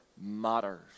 matters